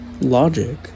logic